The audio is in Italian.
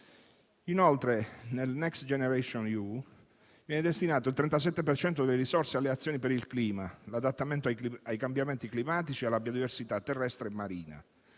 Inoltre, nel programma Next generation EU viene destinato il 37 per cento delle risorse alle azioni per il clima, all'adattamento ai cambiamenti climatici e alla biodiversità terrestre e marina.